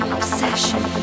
Obsession